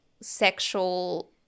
sexual